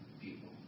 people